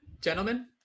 Gentlemen